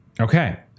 Okay